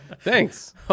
Thanks